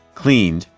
cleaned,